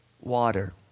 water